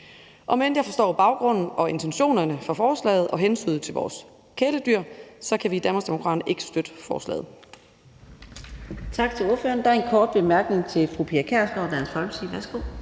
Om end jeg forstår baggrunden for og intentionerne bag forslaget, bl.a. hensynet til vores kæledyr, kan vi i Danmarksdemokraterne ikke støtte forslaget.